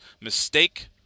mistake